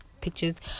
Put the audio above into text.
pictures